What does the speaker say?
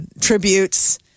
tributes